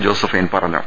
Josephine പറഞ്ഞു